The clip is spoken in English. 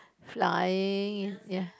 flying ya